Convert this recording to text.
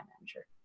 Manager